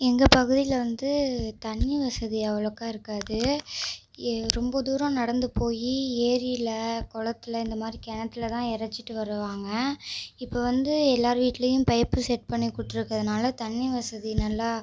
எங்கள் பகுதியில் வந்து தண்ணி வசதி அவ்வளோக்கா இருக்காது ஏ ரொம்ப தூரோம் நடந்து போய் ஏரியில் குளத்தில் இந்த மாதிரி கிணத்தில் தான் இறச்சிட்டு வருவாங்க இப்போ வந்து எல்லார் வீட்லயும் பைப்பு செட் பண்ணி கொடுத்துருக்கறதுனால தண்ணி வசதி நல்லா